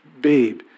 babe